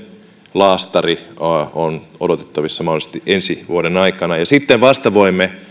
laastari on on odotettavissa mahdollisesti ensi vuoden aikana ja sitten vasta voimme